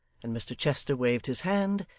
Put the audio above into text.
and mr chester waved his hand,